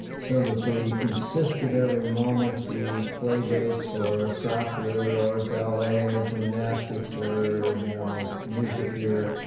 so that they insist that every moment be playdates or soccer or ballet or gymnastics or, you know, music here,